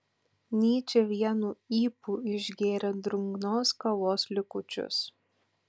nyčė vienu ypu išgėrė drungnos kavos likučius